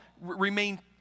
remain